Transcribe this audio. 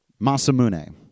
Masamune